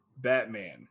Batman